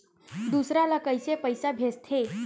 दूसरा ला कइसे पईसा भेजथे?